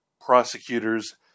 prosecutors